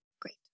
Great